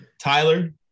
Tyler